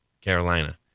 Carolina